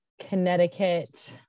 Connecticut